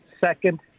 second